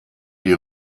die